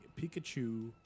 Pikachu